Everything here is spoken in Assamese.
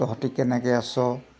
তহঁতি কেনেকৈ আছ